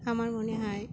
আমার মনে হয়